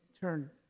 turn